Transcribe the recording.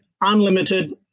unlimited